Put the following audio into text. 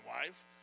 wife